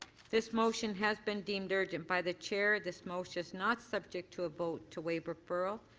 this motion has been deemed urgent by the chair. this motion is not subject to a vote to waive referral.